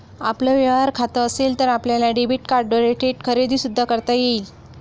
आपलं व्यवहार खातं असेल तर आपल्याला डेबिट कार्डद्वारे थेट खरेदी सुद्धा करता येईल